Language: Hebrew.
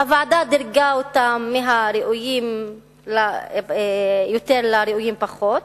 הוועדה דירגה אותם מהראויים יותר לראויים פחות,